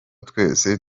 twese